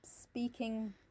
speaking